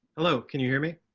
hello, can you hear me?